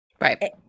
Right